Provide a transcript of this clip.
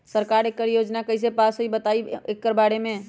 सरकार एकड़ योजना कईसे पास होई बताई एकर बारे मे?